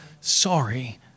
sorry